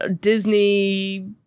Disney